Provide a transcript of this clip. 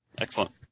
Excellent